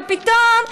אבל פתאום,